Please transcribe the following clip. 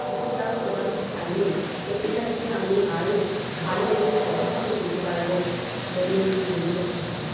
কিছুটা সুপারিশ থাকলে এই পেশাটিকে আমি আরো ভালো এবং সহজ করে তুলতে পারবো দৈনন্দিন জীবনের ক্ষেত্রে